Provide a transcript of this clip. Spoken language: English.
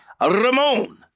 Ramon